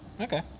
Okay